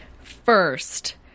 first